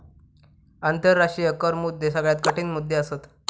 आंतराष्ट्रीय कर मुद्दे सगळ्यात कठीण मुद्दे असत